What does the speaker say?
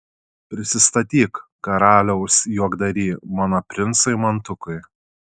prisistatyk karaliaus juokdary mano princui mantukui